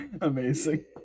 Amazing